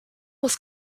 was